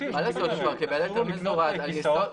הוא קיבל היתר מזורז על סמך